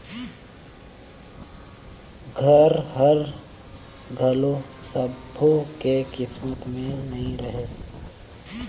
घर हर घलो सब्बो के किस्मत में नइ रहें